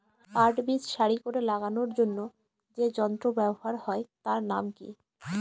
পাট বীজ সারি করে লাগানোর জন্য যে যন্ত্র ব্যবহার হয় তার নাম কি?